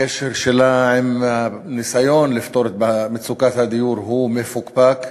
הקשר שלה עם הניסיון לפתור את מצוקת הדיור הוא מפוקפק.